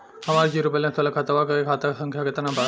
हमार zero balance वाला खतवा के खाता संख्या केतना बा?